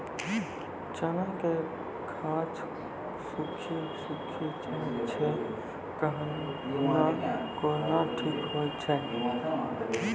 चना के गाछ सुखी सुखी जाए छै कहना को ना ठीक हो छै?